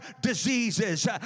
diseases